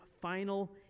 final